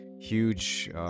huge